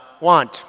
want